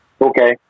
Okay